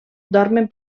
dormen